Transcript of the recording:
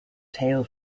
tail